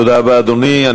תודה רבה, אדוני.